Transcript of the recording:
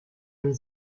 une